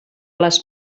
les